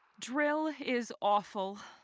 drill is awful.